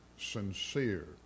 sincere